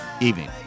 evening